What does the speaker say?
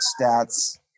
stats